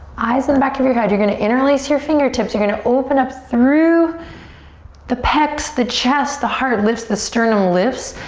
eyes in back of your head. you're gonna interlace your fingertips, you're gonna open up through the pecs, the chest, the heart lifts, the sternum lifts.